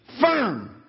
firm